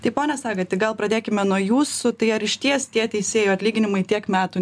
tai pone sagati gal pradėkime nuo jūsų tai ar išties tie teisėjų atlyginimai tiek metų